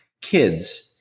Kids